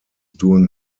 doing